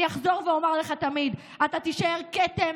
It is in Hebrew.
אני אחזור ואומר לך תמיד: אתה תישאר כתם